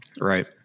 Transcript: right